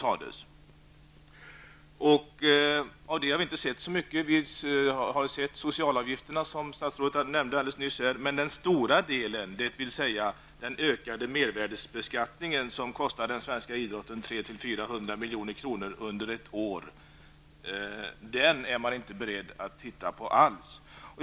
Av det har vi inte sett så mycket förutom socialavgifterna, som statsrådet alldeles nyss nämnde. Den stora delen, dvs. den ökade mervärdesbeskattningen, som kostar den svenska idrotten mellan 300 miljoner och 400 miljoner under ett år, är man emellertid inte alls beredd att åtgärda.